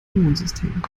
immunsystem